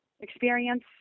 experience